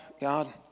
God